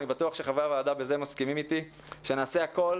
אני בטוח שחברי הוועדה מסכימים אתי שנעשה הכול